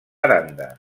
aranda